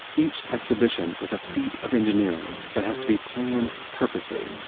each exhibition is a feat of engineering that has to be planned perfectly,